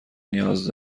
نیاز